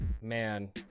Man